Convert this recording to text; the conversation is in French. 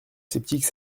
sceptique